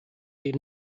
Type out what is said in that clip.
did